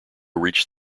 reached